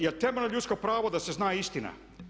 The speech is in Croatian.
Jel temeljno ljudsko pravo da se zna istina?